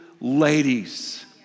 ladies